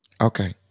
Okay